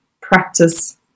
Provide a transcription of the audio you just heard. practice